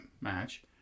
match